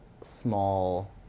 Small